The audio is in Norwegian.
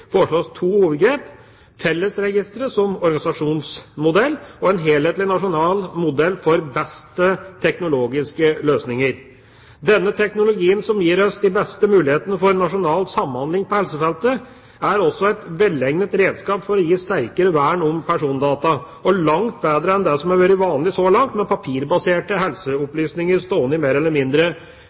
foreslås to hovedgrep: fellesregistre som organisasjonsmodell en helhetlig, nasjonal modell for de beste teknologiske løsninger Den teknologien som gir oss de beste muligheter for nasjonal samhandling på helsefeltet, er også et velegnet redskap for å gi sterkere vern om persondata – og langt bedre enn det som har vært vanlig så langt, med papirbaserte helseopplysninger stående i mer eller mindre